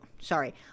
sorry